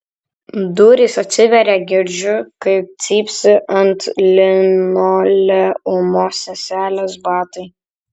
durys atsiveria girdžiu kaip cypsi ant linoleumo seselės batai